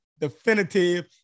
definitive